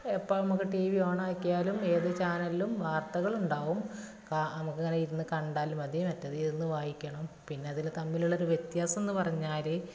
എപ്പോഴും നമുക്ക് ടീവി ഓണാക്കിയാലും ഏത് ചാനലിലും വാർത്തകളുണ്ടാവും കാ നമുക്ക് ഇങ്ങനെ ഇരുന്ന് കണ്ടാൽ മതി മറ്റേത് ഇരുന്ന് വായിക്കണം പിന്നെ അതിൽ തമ്മിലുള്ള ഒരു വ്യത്യാസം എന്ന് പറഞ്ഞാൽ